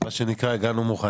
מה שנקרא, הגענו מוכנים.